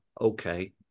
okay